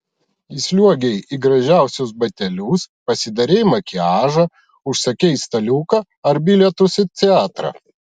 įsliuogei į gražiausius batelius pasidarei makiažą užsakei staliuką ar bilietus į teatrą